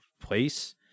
place